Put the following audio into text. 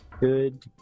Good